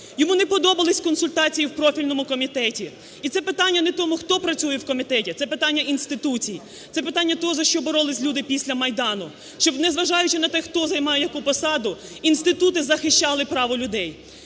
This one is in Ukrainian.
Йому не подобалися консультації в профільному комітеті. І це питання не тому, хто працює в комітеті, це питання інституцій. Це питання того, за що боролись люди після Майдану. Щоб незважаючи на те, хто займає яку посаду, інститути захищали право людей.